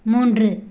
மூன்று